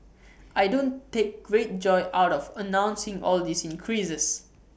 I don't take great joy out of announcing all these increases